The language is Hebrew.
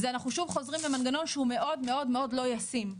זה אנחנו חושבים למנגנון שהוא מאוד מאוד מאוד לא ישים.